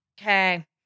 Okay